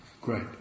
great